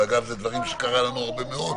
ואגב אלה דברים שקרו לנו הרבה מאוד.